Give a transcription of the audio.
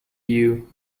you